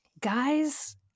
guys